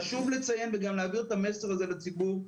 חשוב לציין וגם להעביר את המסר הזה לציבור,